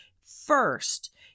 first